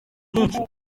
bwinshi